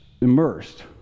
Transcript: immersed